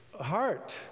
heart